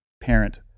parent